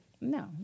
No